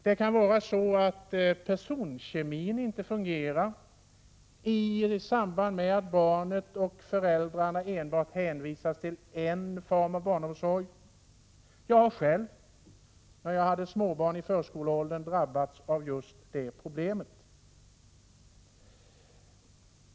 Det kan också vara så, att personkemin inte fungerar när barn och föräldrar hänvisas till enbart en form av barnomsorg. Jag har själv när jag hade småbarn i förskoleåldern drabbats av just detta problem.